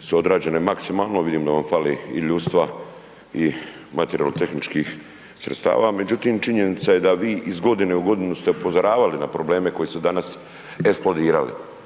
su odrađene maksimalno, vidim da vam fali i ljudstva i materijalno-tehničkih sredstava, međutim činjenica je da vi iz godine u godinu ste upozoravali na probleme koji su danas eksplodirali.